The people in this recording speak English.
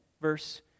verse